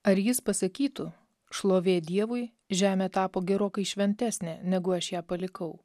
ar jis pasakytų šlovė dievui žemė tapo gerokai šventesnė negu aš ją palikau